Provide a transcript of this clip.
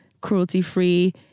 cruelty-free